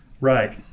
Right